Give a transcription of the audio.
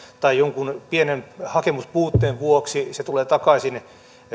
tai jonkun pienen hakemuksen puutteen vuoksi se tulee takaisin